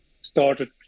started